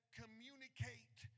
communicate